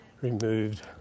removed